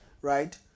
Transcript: right